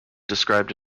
described